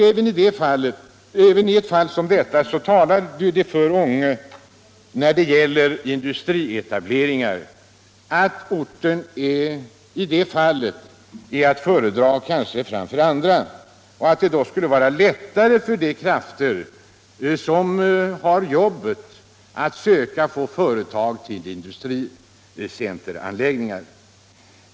Även i ett fall som detta är Ånge att föredra framför andra orter, och då borde det vara lättare att få företag till en industricenteranläggning där.